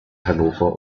hannover